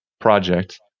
project